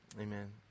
Amen